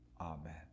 Amen